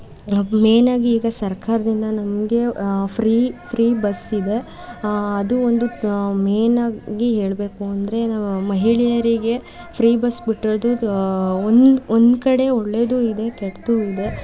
ಮೇಯ್ನಾಗಿ ಈಗ ಸರ್ಕಾರದಿಂದ ನಮಗೆ ಫ್ರೀ ಫ್ರೀ ಬಸ್ಸಿದೆ ಅದು ಒಂದು ಮೇಯ್ನಾಗಿ ಹೇಳಬೇಕು ಅಂದರೆ ನಾವು ಮಹಿಳೆಯರಿಗೆ ಫ್ರೀ ಬಸ್ ಬಿಟ್ಟಿರೋದು ಒಂದು ಒಂದು ಕಡೆ ಒಳ್ಳೆಯದು ಇದೆ ಕೆಟ್ಟದು ಇದೆ